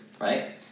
Right